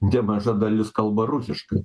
nemaža dalis kalba rusiškai